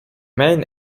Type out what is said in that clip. main